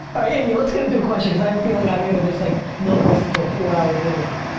alright india let's get into a question because i have a feeling i'm going to just like milk this into a four hour video.